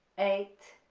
eight,